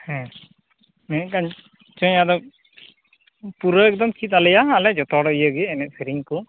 ᱦᱮᱸ ᱢᱮᱱᱮᱫ ᱠᱟᱱ ᱛᱟᱦᱮᱸᱫ ᱟᱹᱧ ᱟᱫᱚ ᱯᱩᱨᱟᱹ ᱮᱠᱫᱚᱢ ᱪᱮᱫ ᱟᱞᱮᱭᱟ ᱟᱞᱮ ᱡᱚᱛᱚ ᱦᱚᱲ ᱤᱭᱟᱹᱜᱮ ᱮᱱᱮᱡ ᱥᱮᱨᱮᱧ ᱠᱚ